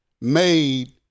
made